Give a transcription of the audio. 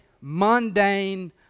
mundane